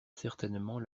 certainement